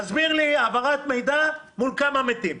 תסביר לי העברת מידע מול כמה מתים.